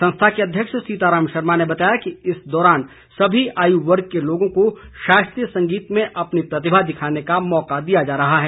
संस्था के अध्यक्ष सीताराम शर्मा ने बताया कि इस दौरान सभी आयु वर्ग के लोगों को शास्त्रीय संगीत में अपनी प्रतिभा दिखाने का मौका दिया जा रहा है